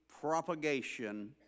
propagation